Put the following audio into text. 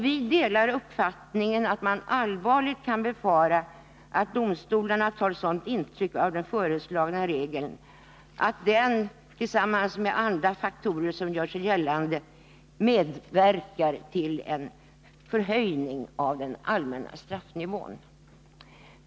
Vi delar uppfattningen, heter det vidare, att man allvarligt kan befara att domstolarna tar sådant intryck av den föreslagna regeln att den tillsammans med andra faktorer som gör sig gällande medverkar till en förhöjning av den allmänna straffnivån.